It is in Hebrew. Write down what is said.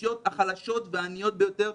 באוכלוסיות החלשות והעניות ביותר,